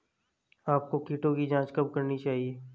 आपको कीटों की जांच कब करनी चाहिए?